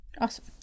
Awesome